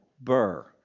Burr